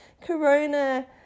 corona